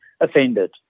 offended